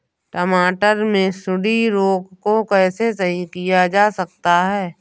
टमाटर से सुंडी रोग को कैसे सही किया जा सकता है?